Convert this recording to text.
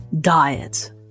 diet